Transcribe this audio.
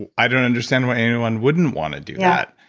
and i don't understand why anyone wouldn't want to do that